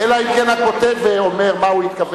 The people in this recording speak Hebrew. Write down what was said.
לא, לא, אלא אם כן הכותב אומר מה הוא התכוון.